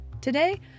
Today